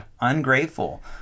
Ungrateful